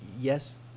yes